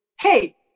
hey